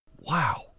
wow